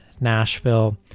Nashville